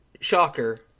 shocker